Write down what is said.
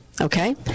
Okay